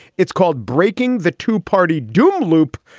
it's called breaking the two party doom loop.